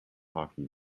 hockey